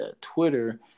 Twitter